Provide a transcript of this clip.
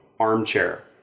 Armchair